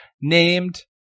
named